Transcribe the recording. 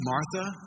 Martha